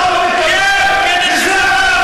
חבר הכנסת מיקי לוי.